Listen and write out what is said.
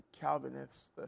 Calvinists